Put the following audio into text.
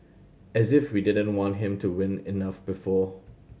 as if we didn't want him to win enough before